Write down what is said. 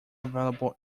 available